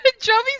Joey's